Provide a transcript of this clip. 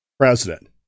president